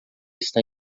está